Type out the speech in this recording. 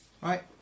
Right